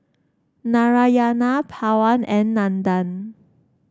Narayana Pawan and Nandan